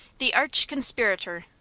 the arch conspirator.